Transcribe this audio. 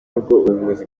ubuvuzi